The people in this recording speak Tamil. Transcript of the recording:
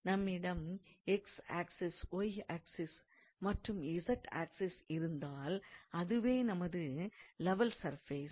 நம்மிடம் x ஆக்ஸிஸ் y ஆக்ஸிஸ் மற்றும் z ஆக்ஸிஸ் இருந்தால் அதுவே நமது லெவல் சர்ஃபேஸ்